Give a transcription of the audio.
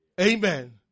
Amen